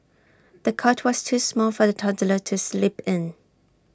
the cot was too small for the toddler to sleep in